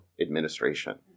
administration